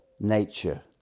nature